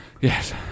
Yes